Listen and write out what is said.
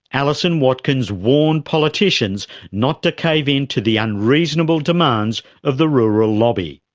alison watkins warned politicians not to cave in to the unreasonable demands of the rural lobby.